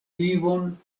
vivon